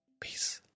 Peace